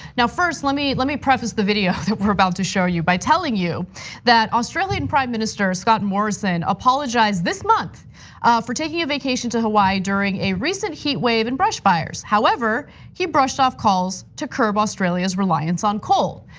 now first let me let me preface the video that we are about to show you by telling you that australian prime minister scott morrison apologies this month for taking a vacation to hawaii during a recent heatwave and brush fires. however he brushed off calls to curb australia's reliance on coal.